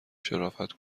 شرافت